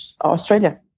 Australia